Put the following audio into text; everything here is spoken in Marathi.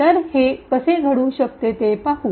तर हे कसे घडू शकते ते पाहू